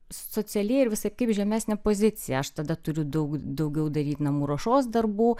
socialiai ir visaip kaip žemesnę poziciją aš tada turiu daug daugiau daryt namų ruošos darbų